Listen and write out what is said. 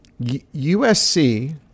USC